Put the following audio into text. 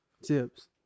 tips